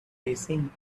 blessing